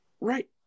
right